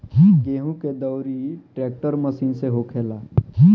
गेहूं के दउरी ट्रेक्टर मशीन से होखेला